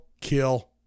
Kill